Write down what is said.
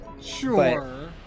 Sure